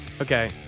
Okay